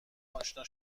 اشنا